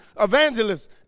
evangelists